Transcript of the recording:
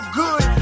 good